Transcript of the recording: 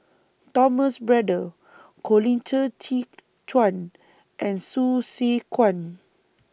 Thomas Braddell Colin Qi Zhe Quan and Hsu Tse Kwang